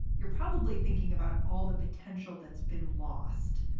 you're probably thinking about all the potential that's been lost,